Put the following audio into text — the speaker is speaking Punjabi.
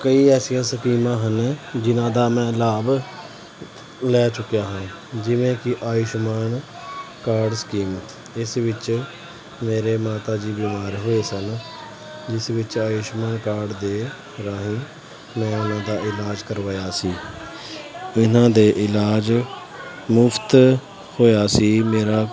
ਕਈ ਐਸੀਆਂ ਸਕੀਮਾਂ ਹਨ ਜਿਹਨਾਂ ਦਾ ਮੈਂ ਲਾਭ ਲੈ ਚੁੱਕਿਆ ਹਾਂ ਜਿਵੇਂ ਕਿ ਆਯੁਸ਼ਮਾਨ ਕਾਰਡ ਸਕੀਮ ਇਸ ਵਿੱਚ ਮੇਰੇ ਮਾਤਾ ਜੀ ਬਿਮਾਰ ਹੋਏ ਸਨ ਜਿਸ ਵਿੱਚ ਆਯੁਸ਼ਮਾਨ ਕਾਰਡ ਦੇ ਰਾਹੀਂ ਮੈਂ ਉਹਨਾਂ ਦਾ ਇਲਾਜ ਕਰਵਾਇਆ ਸੀ ਇਹਨਾਂ ਦੇ ਇਲਾਜ ਮੁਫਤ ਹੋਇਆ ਸੀ ਮੇਰਾ